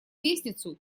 лестницу